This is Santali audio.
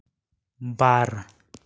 ᱵᱟᱨ